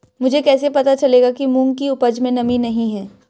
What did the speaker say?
मुझे कैसे पता चलेगा कि मूंग की उपज में नमी नहीं है?